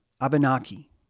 Abenaki